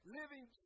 living